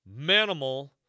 Manimal